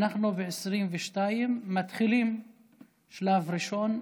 אנחנו ב-2022 מתחילים שלב ראשון,